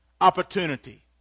opportunity